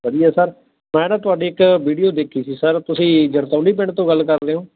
ਵਧੀਆ ਸਰ ਮੈਂ ਨਾ ਤੁਹਾਡੀ ਇੱਕ ਵੀਡੀਓ ਦੇਖੀ ਸੀ ਸਰ ਤੁਸੀਂ ਗਰਪਬਲੀ ਪਿੰਡ ਤੋਂ ਗੱਲ ਕਰ ਰਹੇ ਹੋ